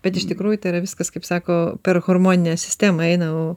bet iš tikrųjų tai yra viskas kaip sako per hormoninę sistemą eina